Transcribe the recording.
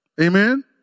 Amen